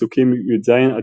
פסוקים י"ז–כ"ו,